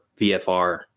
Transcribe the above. vfr